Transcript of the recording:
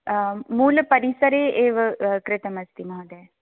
मूलपरिसरे एव कृतमस्ति महोदय